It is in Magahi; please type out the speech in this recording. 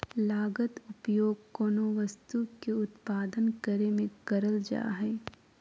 लागत उपयोग कोनो वस्तु के उत्पादन करे में करल जा हइ